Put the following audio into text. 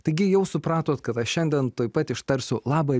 taigi jau supratot kad aš šiandien tuoj pat ištarsiu laba